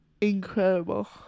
incredible